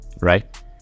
right